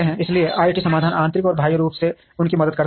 इसलिए आईटी समाधान आंतरिक और बाह्य रूप से उनकी मदद करते हैं